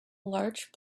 large